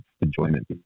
enjoyment